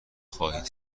خواهند